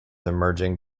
emerging